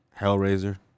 Hellraiser